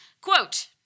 quote